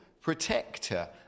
protector